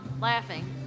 Laughing